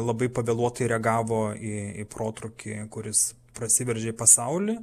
labai pavėluotai reagavo į į protrūkį kuris prasiveržė į pasaulį